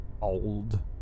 old